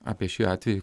apie šį atvejį